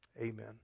amen